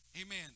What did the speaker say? amen